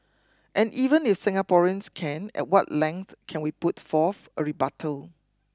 and even if Singaporeans can at what length can we put forth a rebuttal